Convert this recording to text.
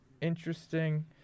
Interesting